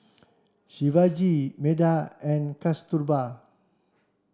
Shivaji Medha and Kasturba